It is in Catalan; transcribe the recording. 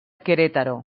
querétaro